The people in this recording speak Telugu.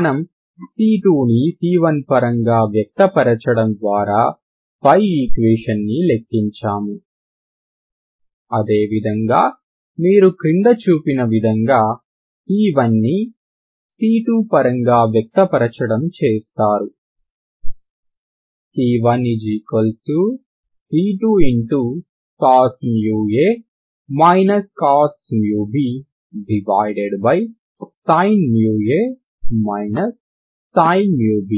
మనం c2ని c1 పరంగా వ్యక్త పరచడం ద్వారా పై ఈక్వేషన్ ని లెక్కించాము అదేవిధంగా మీరు క్రింద చూపిన విధంగా c1ని c2 పరంగా వ్యక్త పరచడం చేస్తారు c1c2cos μa cos⁡μbsin μa sin⁡μb